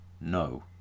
No